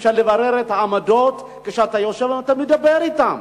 אפשר לברר את העמדות כשאתה יושב ומדבר אתם,